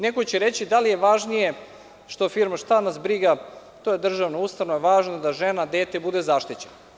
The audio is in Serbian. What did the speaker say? Neko će reći – da li je važnije što firma, šta nas briga, to je državna ustanova, važno da žena i dete budu zaštićeni.